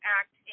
act